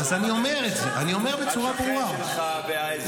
השכן שלך והאזרח שלך והתושב שלך,